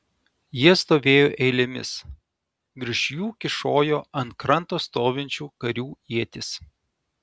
jie stovėjo eilėmis virš jų kyšojo ant kranto stovinčių karių ietys